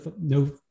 no